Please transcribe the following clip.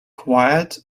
quiet